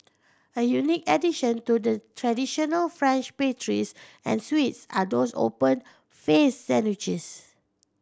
a unique addition to the traditional French pastries and sweets are those open faced sandwiches